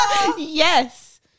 Yes